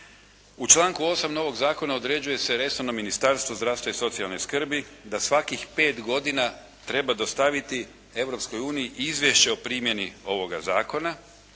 U članku 8. novog zakona određuje se resorno Ministarstvo zdravstva i socijalne skrbi da svakih 5 godina treba dostaviti Europskoj uniji izvješće o primjeni ovoga Zakona,